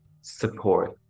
support